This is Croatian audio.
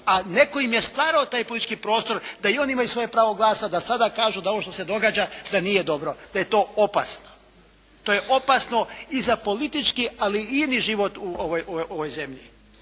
a netko im je stvarao taj politički prostor da i oni imaju svoje pravo glasa, da sada kažu da ovo što se događa, da nije dobro. Da je to opasno. To je opasno i za politički ali i ini život u ovoj zemlji.